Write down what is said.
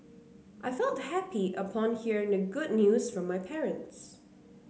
I felt happy upon hearing the good news from my parents